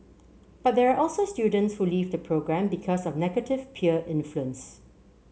but there are also students who leave the programme because of negative peer influence